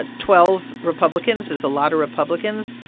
ah twelve republicans is a lot of republicans.